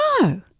No